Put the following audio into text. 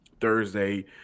thursday